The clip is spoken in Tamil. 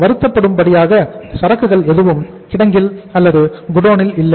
வருத்தப்படும் படியாக சரக்குகள் எதுவும் கிடங்கில் அல்லது குடோனில் இல்லை